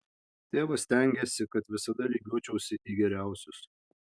tėvas stengėsi kad visada lygiuočiausi į geriausius